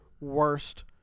worst